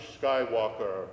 Skywalker